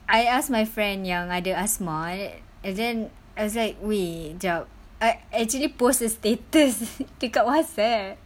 I asked my friend yang ada asthma an~ and then I was like wait jap I actually post a status dekat Whatsapp